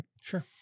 Sure